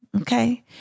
okay